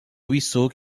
ruisseau